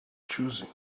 choosing